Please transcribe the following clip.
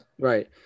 Right